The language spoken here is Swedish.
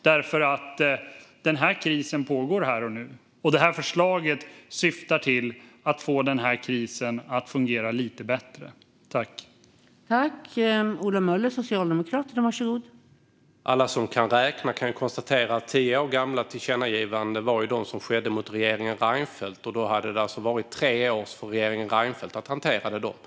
Den här krisen pågår här och nu, och detta förslag syftar till att få samhället att fungera lite bättre i krisen.